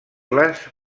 les